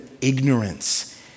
ignorance